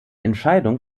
entscheidung